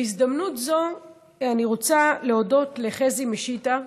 בהזדמנות זו אני רוצה להודות לחזי משיטה,